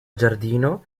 giardino